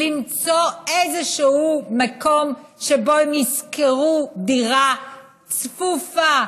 למצוא איזשהו מקום שבו הם ישכרו דירה צפופה,